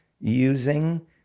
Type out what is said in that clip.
using